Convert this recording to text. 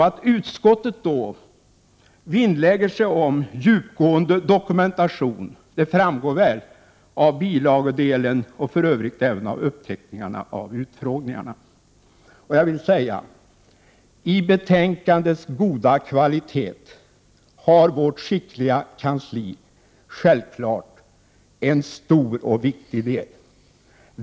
Att utskottet vinnlägger sig om djupgående dokumentation framgår väl av bilagedelen och för övrigt även av uppteckningarna av utfrågningarna. I betänkandets goda kvalitet har vårt skickliga kansli självklart en stor och viktig del.